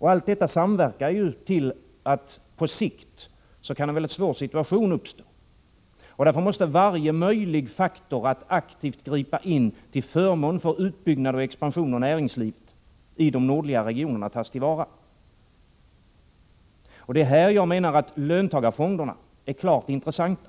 Allt detta samverkar till att en mycket svår situation kan uppstå på sikt. Därför måste varje möjlighet att aktivt gripa in till förmån för utbyggnad och expansion av näringslivet i de nordliga regionerna tas till vara. Det är i det sammanhanget jag menar att löntagarfonderna är klart intressanta.